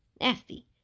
Nasty